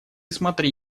смотри